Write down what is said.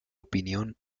opinión